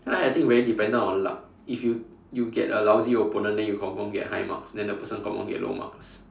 so I think very dependent on luck if you you get a lousy opponent then you confirm get high marks then the person confirm get low marks